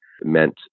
meant